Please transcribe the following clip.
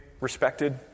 respected